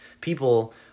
people